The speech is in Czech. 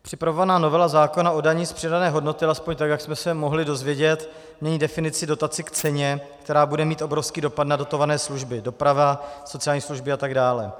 Připravovaná novela zákona o dani z přidané hodnoty, aspoň tak jak jsme se mohli dozvědět, mění definici dotace k ceně, která bude mít obrovský dopad na dotované služby doprava, sociální služby atd.